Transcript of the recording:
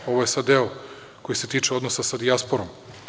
Ovo je sad deo koji se tiče odnosa sa dijasporom.